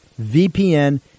VPN